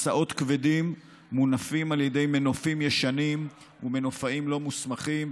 משאות כבדים מונפים על ידי מנופים ישנים ומנופאים לא מוסמכים,